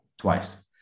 twice